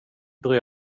bryr